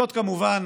זאת, כמובן,